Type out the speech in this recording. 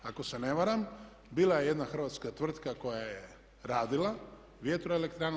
Ako se ne varam, bila je jedna hrvatska tvrtka koja je radila vjetro elektranu.